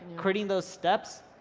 creating those steps,